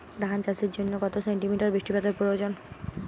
ধান চাষের জন্য কত সেন্টিমিটার বৃষ্টিপাতের প্রয়োজন?